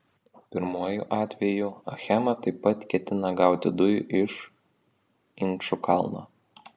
pirmuoju atveju achema taip pat ketina gauti dujų iš inčukalno